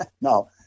No